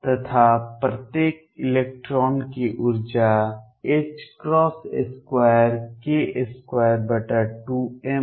तथा प्रत्येक इलेक्ट्रॉन की ऊर्जा 2k22m है